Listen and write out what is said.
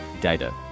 DATA